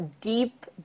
deep